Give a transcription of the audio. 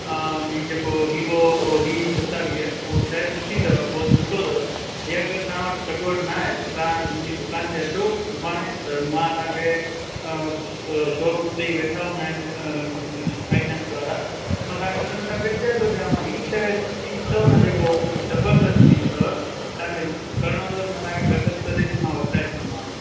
इहो जेको Vivo V सतावीह उहो शइ सुठी अथव फोन सुठो अथव जीअं अगरि तां वटि सगवटि न आहे त तव्हां मुंहिंजी दुकान ते अचो सुभाणे त मां तव्हांखे शोरूम ते ई वेठा हूंदा आहिनि फाइनेंस वारा त मां तव्हांखे हुननि सां गॾजाए तो ॾियांव इहा शइ पीस अथव न जेको उहो ज़बरदस्तु पीस अथव तव्हांखे करिणो अथव त मां तव्हांखे घटि हफ़्ते त बि मां वठी ॾिंदोमांव